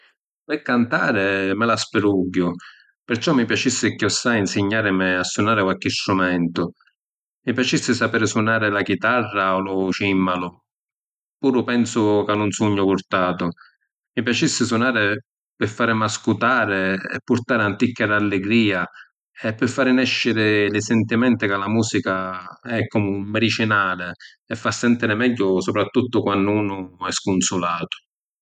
Pi cantari mi la spidugghiu, perciò mi piacissi cchiòssai ‘nsignarimi a sunari qualchi strumentu. Mi piacissi sapiri sunari la chitarra o lu cìmmalu, puru pensu ca nun sugnu purtatu. Mi piacissi sunari pi farimi ascutari e purtari ‘anticchia d’alligria e pi fari nesciri li sintimenti ca la musica è comu un midicinali e fa sentiri megghiu supratuttu quannu unu è scunsulatu.